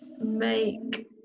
make